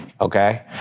Okay